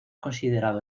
considerado